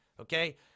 okay